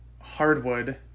Hardwood